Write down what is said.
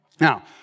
Now